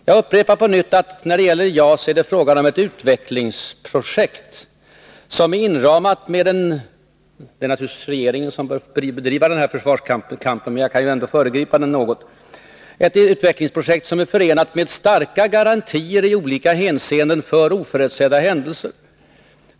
Jag upprepar på nytt att det när det gäller JAS är fråga om ett utvecklingsprojekt som — det är naturligtvis regeringen som bör bedriva den här försvarskampen, men jag kan ju ändå föregripa den något — är förenat med starka garantier i olika hänseenden för oförutsedda händelser.